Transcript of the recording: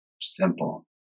simple